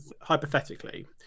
hypothetically